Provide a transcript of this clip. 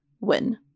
Win